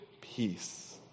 peace